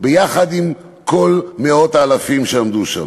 ביחד עם כל מאות האלפים שעמדו שם.